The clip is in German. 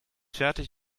fertig